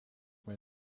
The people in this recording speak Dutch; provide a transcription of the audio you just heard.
mij